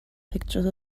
pictures